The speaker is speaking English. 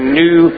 new